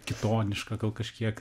kitoniška gal kažkiek